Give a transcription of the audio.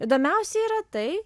įdomiausia yra tai